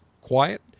quiet